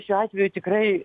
šiuo atveju tikrai